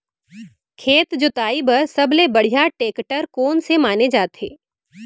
खेत जोताई बर सबले बढ़िया टेकटर कोन से माने जाथे?